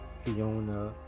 Fiona